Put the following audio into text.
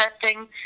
testing